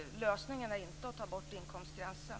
Lösningen är inte att ta bort inkomstgränsen.